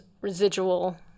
residual